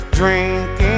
drinking